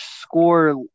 score